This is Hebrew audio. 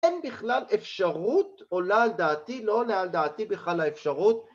אין בכלל אפשרות, עולה על דעתי, לא עולה על דעתי בכלל האפשרות